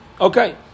Okay